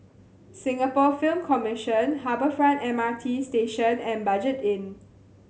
Singapore Film Commission Harbour Front M R T Station and Budget Inn